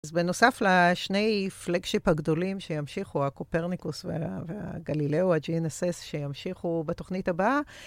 אז בנוסף לשני flagship הגדולים שימשיכו, הקופרניקוס והגלילאו, הג'יינסס, שימשיכו בתוכנית הבאה.